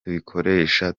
tubikoresha